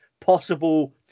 possible